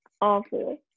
awful